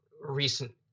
recent